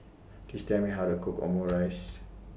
Please Tell Me How to Cook Omurice